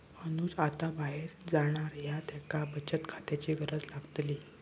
अनुज आता बाहेर जाणार हा त्येका बचत खात्याची गरज लागतली